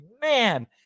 man